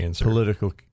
political